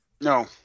No